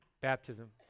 baptism